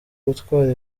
gutwara